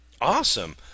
Awesome